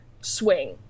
swing